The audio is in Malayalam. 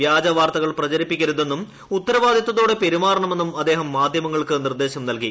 വൃജവാർത്തകൾ പ്രചരിപ്പിക്കരുതെന്നും ഉത്തരവാദിത്വത്തോടെ പെരുമാറണമെന്നും അദ്ദേഹം മാധ്യമങ്ങൾക്ക് നിർദ്ദേശം നൽകി